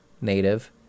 native